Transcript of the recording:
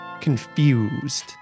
confused